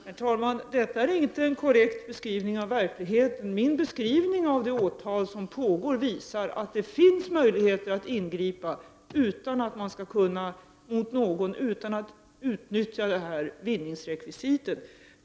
Herr talman! Detta är inte en korrekt beskrivning av verkligheten. Min beskrivning av det åtal som pågår visar att det finns andra möjligheter att ingripa utan att någon skall kunna utnyttja vinningsrekvisitet.